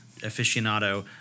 aficionado